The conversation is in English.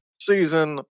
season